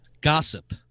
Gossip